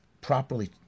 properly